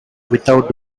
without